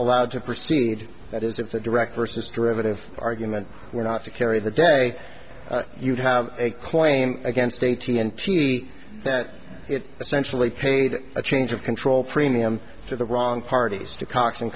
allowed to proceed that is if the direct versus derivative argument were not to carry the day you'd have a claim against a t and t that it essentially paid a change of control premium for the wrong parties to cox